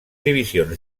divisions